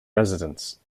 residents